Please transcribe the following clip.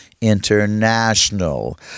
International